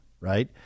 right